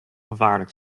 gevaarlijk